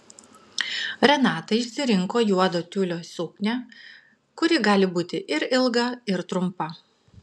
renata išsirinko juodo tiulio suknią kuri gali būti ir ilga ir trumpa